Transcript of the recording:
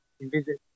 visit